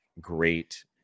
great